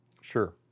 Sure